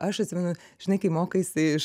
aš atsimenu žinai kai mokaisi iš